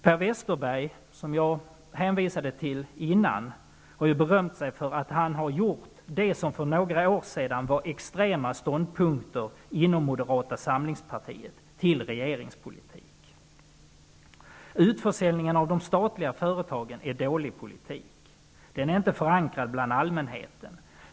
Per Westerberg, som jag hänvisade till tidigare, har ju berömt sig för att det som för några år sedan var extrema ståndpunkter inom Moderata samlingspartiet har han gjort till regeringspolitik. Utförsäljningen av de statliga företagen är dålig politik. Den är inte förankrad bland allmänheten.